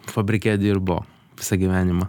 fabrike dirbo visą gyvenimą